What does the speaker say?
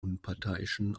unparteiischen